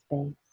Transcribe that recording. space